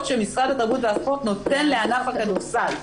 שמשרד התרבות והספורט נותן לענף הכדורסל.